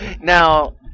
Now